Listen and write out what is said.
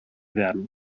werden